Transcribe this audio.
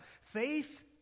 faith